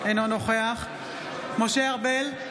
אינו נוכח משה ארבל,